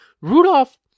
Rudolph